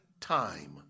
time